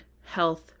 health